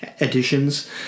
additions